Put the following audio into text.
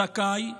זכאי?